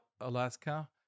Alaska